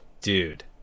Dude